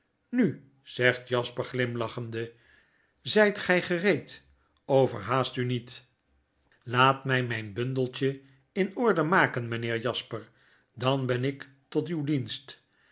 nu zegt jasper glimlachende zyt gy overhaast u niet laat my myn bundeltje in orde maken meneer jasper dan ben ik tot uw dienst